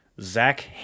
Zach